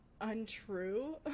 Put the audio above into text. untrue